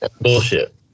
bullshit